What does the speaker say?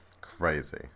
Crazy